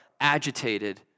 agitated